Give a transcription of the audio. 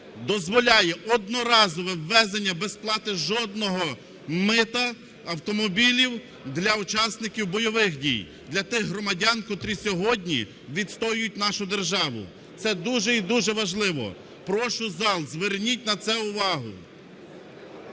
дозволяє одноразове ввезення без сплати жодного мита автомобілів для учасників бойових дій, для тих громадян, котрі сьогодні відстоюють нашу державу. Це дуже і дуже важливо, прошу, зал, зверніть на це увагу.